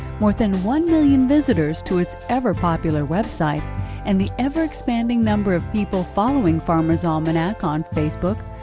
more than one million visitors to its ever-popular website and the ever-expanding number of people following farmers' almanac on facebook,